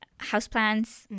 houseplants